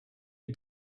you